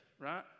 right